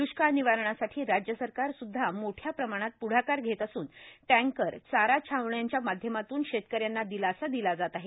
द्ष्काळ निवारणासाठी राज्य सरकार सुद्धा मोठ्या प्रमाणात पुढाकार घेत असून टँकर चारा छावण्यांच्या माध्यमातून शेतकऱ्यांना दिलासा दिला जात आहे